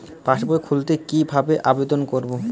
পাসবই খুলতে কি ভাবে আবেদন করব?